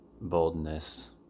boldness